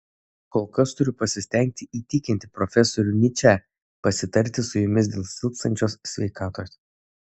kol kas turiu pasistengti įtikinti profesorių nyčę pasitarti su jumis dėl silpstančios sveikatos